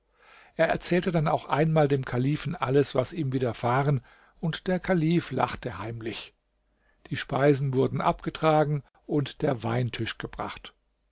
er erzählte dann noch einmal dem kalifen alles was ihm widerfahren und der kalif lachte heimlich die speisen wurden abgetragen und der weintisch gebracht